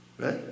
right